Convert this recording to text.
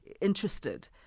interested